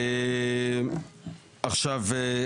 עכשיו,